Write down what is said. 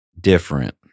different